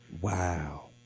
Wow